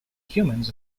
humans